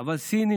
אבל סינים,